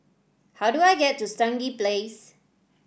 how do I get to Stangee Place